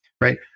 right